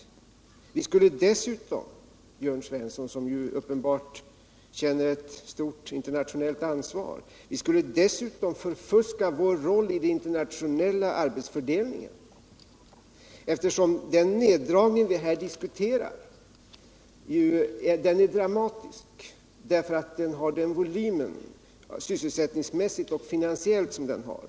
Dessutom, Jörn Svensson — som uppenbart känner ett stort internationellt ansvar — skulle vi förfuska vår roll vid den internationella arbetsfördelningen. Den neddragning vi här diskuterar är dramatisk därför att den sysselsättningsmässigt och finansiellt har den volym som den har.